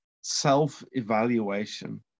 self-evaluation